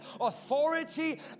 authority